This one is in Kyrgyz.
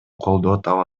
колдоо